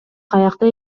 каякта